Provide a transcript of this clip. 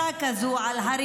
על הפצצה כזאת,